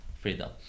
freedom